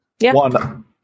one